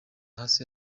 hasi